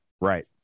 Right